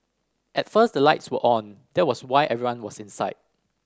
at first the lights were on that was why everyone was inside